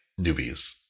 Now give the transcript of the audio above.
newbies